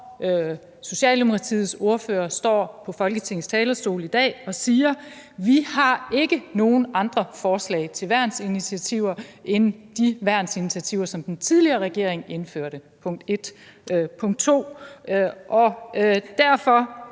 Socialdemokratiets ordfører står på Folketingets talerstol i dag og siger: punkt 1, vi har ikke nogen andre forslag til værnsinitiativer end de værnsinitiativer, som den tidligere regering indførte, og, punkt to, derfor